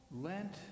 Lent